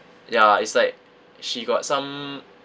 ya it's like she got some